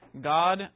God